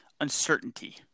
uncertainty